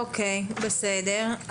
בסדר.